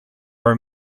are